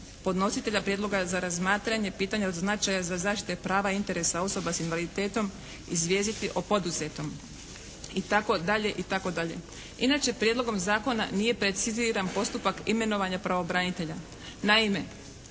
podnositelja prijedloga za razmatranje pitanja od značaja za zaštitu prava i interesa osoba s invaliditetom izvijestiti o poduzetom. Itd., itd. Inače prijedlogom zakona nije preciziran postupak imenovanja pravobranitelja. Naime,